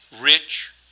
rich